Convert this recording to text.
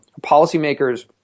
policymakers